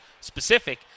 specific